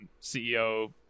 CEO